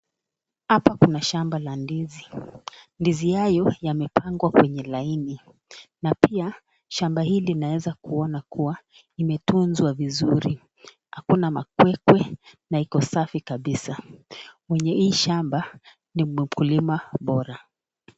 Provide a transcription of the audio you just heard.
Hapa kuna shamba la ndizi ndizi hayo yamepangwa kwenye laini na pia shamba hili naweza kuona kuwa imetunzwa vizuri hakuna makwekwe na iko safi kabisa, mwenye hii shamba ni mkulima bora.